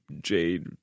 Jade